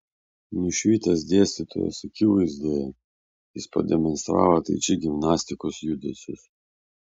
nušvitęs dėstytojos akivaizdoje jis pademonstravo tai či gimnastikos judesius